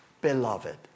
beloved